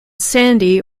sandy